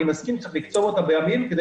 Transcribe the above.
אני מסכים שצריך לקצוב אותה בימים כדי